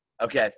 Okay